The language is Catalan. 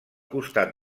costat